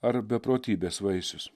ar beprotybės vaisius